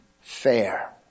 fair